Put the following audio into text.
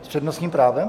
S přednostním právem?